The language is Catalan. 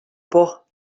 por